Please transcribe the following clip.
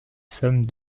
somme